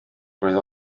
roedd